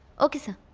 okay sir.